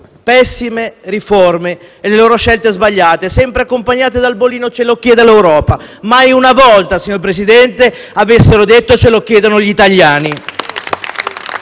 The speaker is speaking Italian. pessime riforme e le loro scelte sbagliate, sempre accompagnate dal bollino «ce lo chiede l'Europa». Mai una volta che avessero detto: «Ce lo chiedono gli italiani».